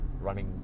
running